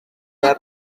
una